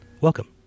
welcome